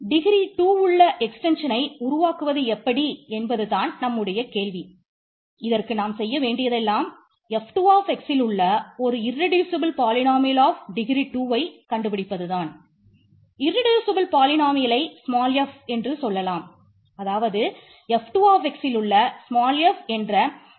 K என்பது degree இருக்கும்